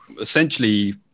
essentially